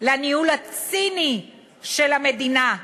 לניהול הציני של המדינה,